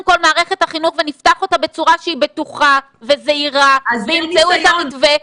כל מערכת החינוך ונפתח אותה בצורה שהיא בטוחה וזהירה וימצאו את המתווה,